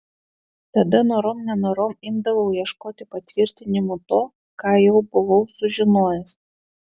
tada norom nenorom imdavau ieškoti patvirtinimų to ką jau buvau sužinojęs